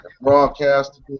Broadcast